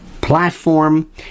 platform